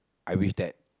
I wish that